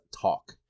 talk